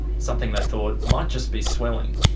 something they thought might just be swelling.